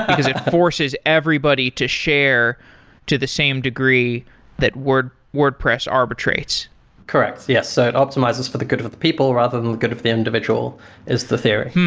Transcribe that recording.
because it forces everybody to share to the same degree that wordpress arbitrates correct. yes. so it optimizes for the good of of the people, rather than the good of the individual is the theory.